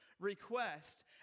request